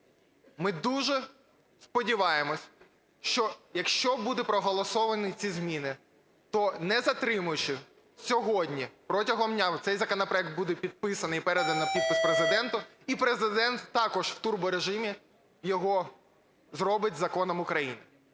Ми дуже сподіваємося, що якщо будуть проголосовані ці зміни, то, не затримуючи, сьогодні протягом дня цей законопроект буде підписаний і переданий на підпис Президенту, і Президент також у турборежимі його зробить законом України.